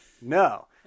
No